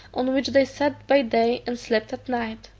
on which they sat by day and slept at night.